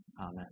Amen